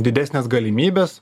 didesnės galimybės